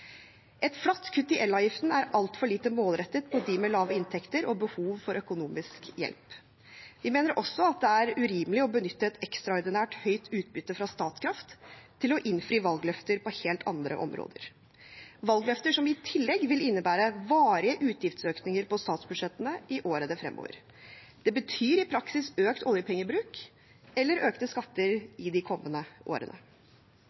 Et flatt kutt i elavgiften er altfor lite målrettet mot dem med lave inntekter og behov for økonomisk hjelp. Vi mener også at det er urimelig å benytte et ekstraordinært høyt utbytte fra Statkraft til å innfri valgløfter på helt andre områder – valgløfter som i tillegg vil innebære varige utgiftsøkninger på statsbudsjettene i årene fremover. Det betyr i praksis økt oljepengebruk eller økte skatter i de kommende årene.